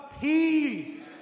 Peace